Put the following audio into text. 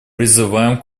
призываем